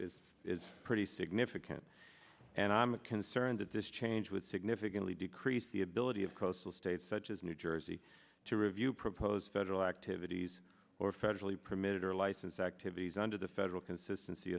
act is pretty significant and i'm concerned that this change would significantly decrease the ability of coastal states such as new jersey to review proposed federal activities or federally permitted or license activities under the federal consistency